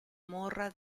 morra